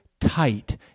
tight